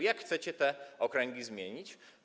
Jak chcecie te okręgi zmienić?